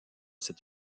cette